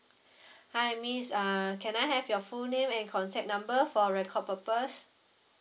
hi miss err can I have your full name and contact number for record purpose